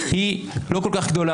על מה אתה מדבר?